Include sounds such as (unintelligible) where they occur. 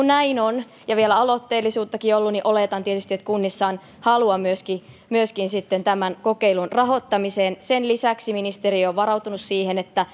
(unintelligible) näin on ja vielä aloitteellisuuttakin on ollut oletan tietysti että kunnissa on halua myöskin myöskin sitten kokeilun rahoittamiseen sen lisäksi ministeriö on varautunut siihen että (unintelligible)